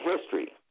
history